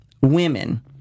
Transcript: women